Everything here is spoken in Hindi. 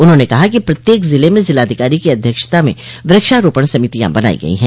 उन्होंने कहा कि प्रत्येक जिले में जिलाधिकारी की अध्यक्षता में वृक्षारोपण समितियां बनाई गई है